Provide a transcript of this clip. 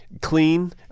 clean